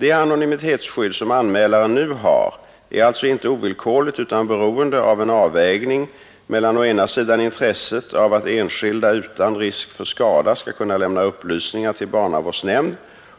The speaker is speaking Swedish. Det anonymitetsskydd som anmälare nu har är alltså inte ovillkorligt utan beroende av en avvägning mellan å ena sidan intresset av att enskilda utan risk för skada skall kunna lämna upplysningar till barnavårdsnämnd